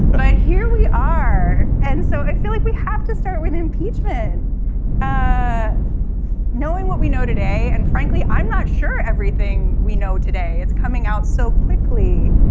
but here we are. and so i feel like we have to start with impeachment knowing what we know today. and frankly i'm not sure everything we know today it's coming out so quickly.